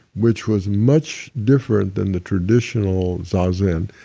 which was much different than the traditional zazen,